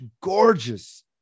gorgeous